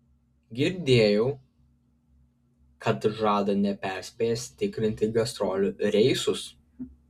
girdėjau kad žada neperspėjęs tikrinti gastrolių reisus